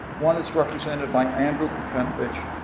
one is represented by andrew krepinevich,